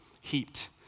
heaped